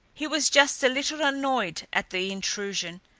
he was just a little annoyed at the intrusion,